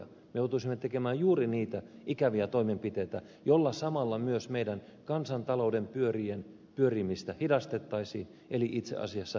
me joutuisimme tekemään juuri niitä ikäviä toimenpiteitä joilla samalla myös meidän kansantaloutemme pyörien pyörimistä hidastettaisiin eli itse asiassa syvennettäisiin lamaa